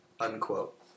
unquote